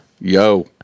Yo